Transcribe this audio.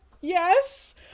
yes